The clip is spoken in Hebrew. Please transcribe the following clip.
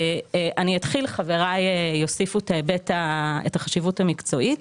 חבריי יוסיפו את ההיבט של החשיבות המקצועית,